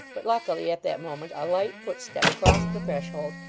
but luckily at that moment a light footstep crossed the threshold,